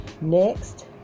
next